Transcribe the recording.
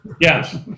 yes